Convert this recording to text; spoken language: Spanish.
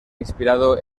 inspirado